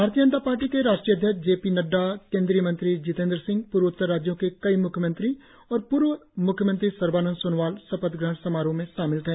भारतीय जनता पार्टी के राष्ट्रीय अध्यक्ष जे पी नड्डा केन्द्रीय मंत्री जितेन्द्र सिंह पूर्वोत्तर राज्यों के कई म्ख्यमंत्री और पूर्व म्ख्यमंत्री सर्बानन्द सोनोवाल शपथ ग्रहण समारोह में शामिल थे